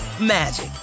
magic